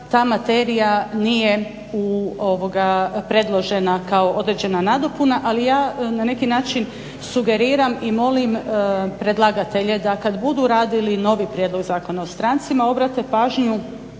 ta materija nije predložena kao određena nadopuna, ali ja na neki način sugeriram i molim predlagatelje da kad budu radili novi Prijedlog zakona o strancima obrate pažnju